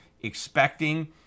expecting